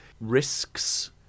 risks